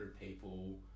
people